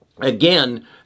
again